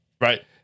Right